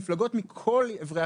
מפלגות מכל עברי